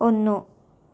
ഒന്ന്